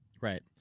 Right